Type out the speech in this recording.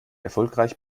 erfolgreich